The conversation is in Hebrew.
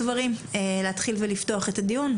להתחיל ולפתוח את הדיון.